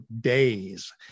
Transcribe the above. days